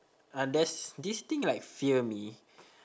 uh there's this thing like fear me